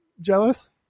Jealous